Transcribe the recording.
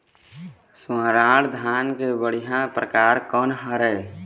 स्वर्णा धान के बढ़िया परकार कोन हर ये?